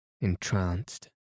entranced